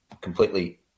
completely